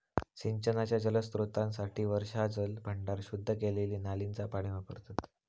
सिंचनाच्या जलस्त्रोतांसाठी वर्षाजल भांडार, शुद्ध केलेली नालींचा पाणी वापरतत